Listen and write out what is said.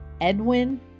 Edwin